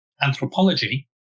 anthropology